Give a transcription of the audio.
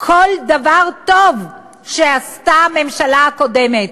כל דבר טוב שעשתה הממשלה הקודמת,